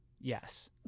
yes